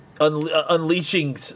unleashing